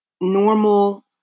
normal